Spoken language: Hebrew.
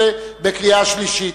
12) בקריאה שלישית.